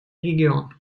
регион